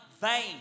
vain